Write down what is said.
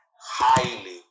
highly